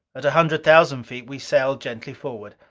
at a hundred thousand feet we sailed gently forward,